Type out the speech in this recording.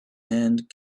and